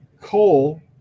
Coal